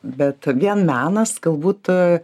bet vien menas galbūt